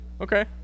Okay